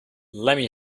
lemme